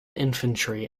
infantry